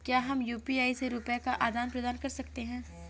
क्या हम यू.पी.आई से रुपये का आदान प्रदान कर सकते हैं?